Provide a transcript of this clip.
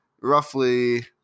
roughly